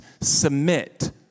submit